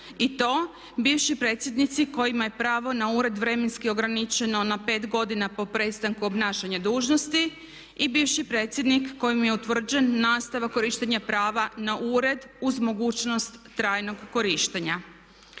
i to bivši predsjednici kojima je pravo na ured vremenski ograničeno na pet godina po prestanku obnašanja dužnosti i bivši predsjednik kojem je utvrđen nastavak korištenja prava na ured uz mogućnost trajnog korištenja.